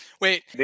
Wait